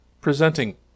presenting